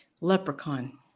Leprechaun